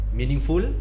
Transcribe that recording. meaningful